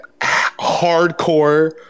hardcore